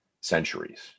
centuries